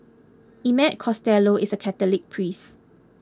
Emmett Costello is a Catholic priest